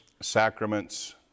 sacraments